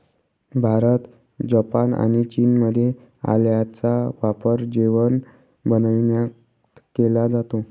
Bharat, Japan आणि चीनमध्ये आल्याचा वापर जेवण बनविण्यात केला जातो